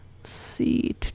see